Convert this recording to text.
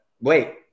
Wait